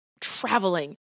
traveling